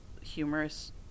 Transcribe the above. humorous